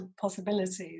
possibilities